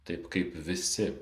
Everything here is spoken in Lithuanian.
taip kaip visi